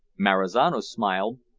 marizano smiled,